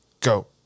go